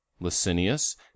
Licinius